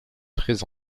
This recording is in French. très